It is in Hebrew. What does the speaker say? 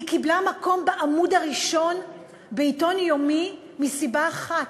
היא קיבלה מקום בעמוד הראשון בעיתון יומי מסיבה אחת: